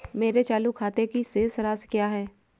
मेरे चालू खाते की शेष राशि क्या है?